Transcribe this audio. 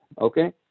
okay